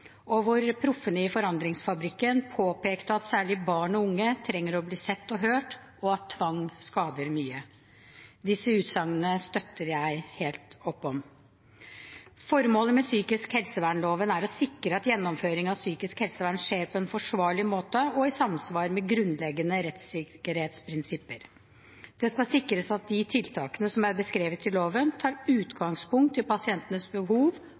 og hvor proffene i Forandringsfabrikken påpekte at særlig barn og unge trenger å bli sett og hørt, og at tvang skader mye. Disse utsagnene støtter jeg helt opp om. Formålet med psykisk helsevernloven er å sikre at gjennomføring av psykisk helsevern skjer på en forsvarlig måte og i samsvar med grunnleggende rettssikkerhetsprinsipper. Det skal sikres at de tiltakene som er beskrevet i loven, tar utgangspunkt i pasientenes behov